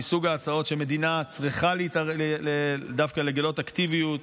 היא מסוג ההצעות שהמדינה צריכה דווקא לגלות אקטיביות,